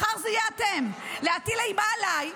מחר זה יהיה אתם, להטיל אימה עליי,